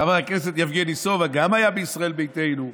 חבר הכנסת יבגני סובה, שגם הוא היה בישראל ביתנו,